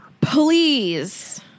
Please